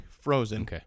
frozen